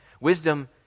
Wisdom